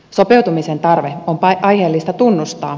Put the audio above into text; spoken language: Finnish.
sopeutumisen tarve on aiheellista tunnustaa